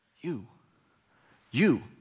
you—you